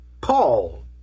Paul